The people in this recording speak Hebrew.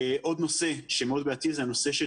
עוד נושא שמאוד בעייתי זה הנושא של